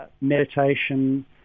meditation